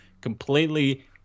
completely